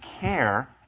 care